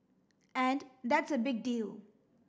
and that's a big deal